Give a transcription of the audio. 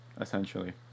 essentially